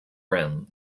rim